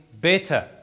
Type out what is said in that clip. better